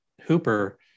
Hooper